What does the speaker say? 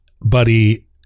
buddy